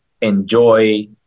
Enjoy